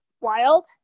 wild